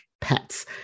pets